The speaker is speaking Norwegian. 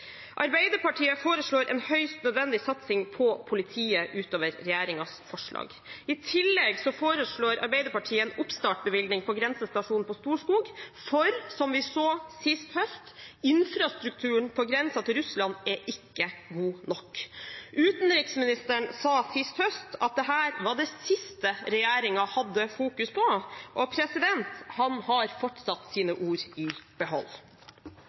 Arbeiderpartiet foreslår en høyst nødvendig satsing på politiet utover regjeringens forslag. I tillegg foreslår Arbeiderpartiet en oppstartbevilgning på grensestasjonen på Storskog, for som vi så sist høst, er ikke infrastrukturen på grensen til Russland god nok. Utenriksministeren sa sist høst at dette var det siste regjeringen hadde fokus på. Han har fortsatt sine ord i behold.